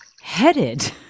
headed